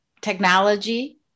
technology